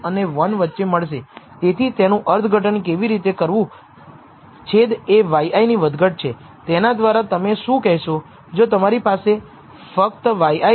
યાદ રાખો તે l n એ ફંક્શન છે જેને આપણે રેખીય મોડેલ ફીટ કરવા માટે બોલાવવો જોઈએ અને અહીં આપણે આગાહી કરી શકીએ છીએ કે મિનિટ એ આશ્રિત ચલ છે